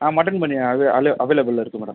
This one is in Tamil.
ஆ மட்டன் பனியா அது அவைல் அவைலபிள் இருக்கு மேடம்